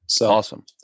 Awesome